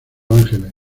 ángeles